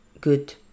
good